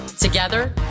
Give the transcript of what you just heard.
Together